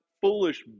foolish